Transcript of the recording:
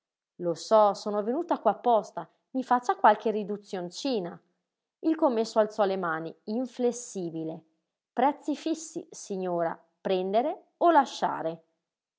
lo so sono venuta qua apposta i faccia qualche riduzioncina il commesso alzò le mani inflessibile prezzi fissi signora prendere o lasciare